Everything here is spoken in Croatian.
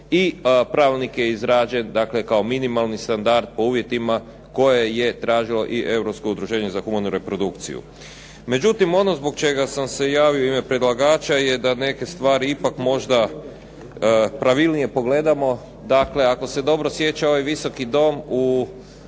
i pravilnik je izrađen kao minimalni standard po uvjetima koje je tražilo i Europsko udruženje za humanu reprodukciju. Međutim, ono zbog čega sam se javio i u ime predlagača, da neke stvari ipak možda pravilnije pogledamo. Dakle, ako se dobro sjeća ovaj Visoki dom u